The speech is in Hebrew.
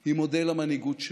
היא מודל המנהיגות שלו.